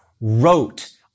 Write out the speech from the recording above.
wrote